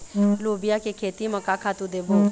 लोबिया के खेती म का खातू देबो?